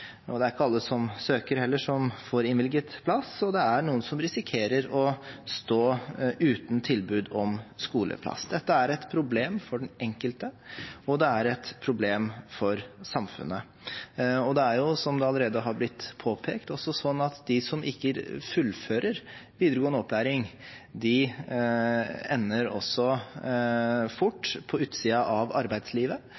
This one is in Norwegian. og det er ikke alle som søker heller, som får innvilget plass. Det er noen som risikerer å stå uten tilbud om skoleplass. Dette er et problem for den enkelte, og det er et problem for samfunnet. Det er, som det allerede er blitt påpekt, også sånn at de som ikke fullfører videregående opplæring, fort ender på utsiden av arbeidslivet,